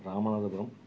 Ramanathapuram